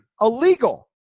illegal